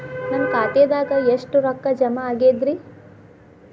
ನನ್ನ ಖಾತೆದಾಗ ಎಷ್ಟ ರೊಕ್ಕಾ ಜಮಾ ಆಗೇದ್ರಿ?